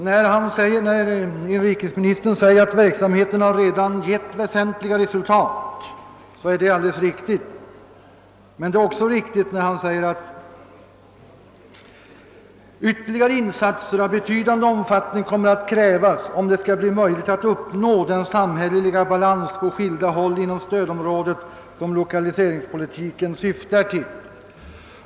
Inrikesministern framhåller vidare med rätta att verksamheten redan har givit väsentliga resultat men påpekar även helt riktigt att »ytierligare insatser av betydande omfattning kommer att krävas om det skall bli möjligt att uppnå den samhälleliga balans på skilda håll inom stödområdet, som lokaliseringspolitiken syftar till».